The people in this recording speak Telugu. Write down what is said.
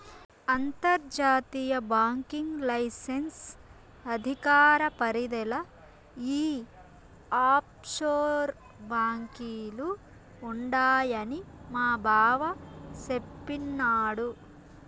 అంతర్జాతీయ బాంకింగ్ లైసెన్స్ అధికార పరిదిల ఈ ఆప్షోర్ బాంకీలు ఉండాయని మాబావ సెప్పిన్నాడు